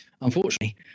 Unfortunately